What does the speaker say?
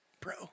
bro